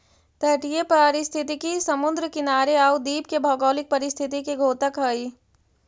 तटीय पारिस्थितिकी समुद्री किनारे आउ द्वीप के भौगोलिक परिस्थिति के द्योतक हइ